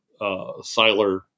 Siler